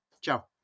Ciao